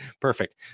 Perfect